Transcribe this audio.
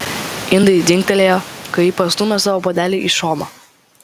indai dzingtelėjo kai ji pastūmė savo puodelį į šoną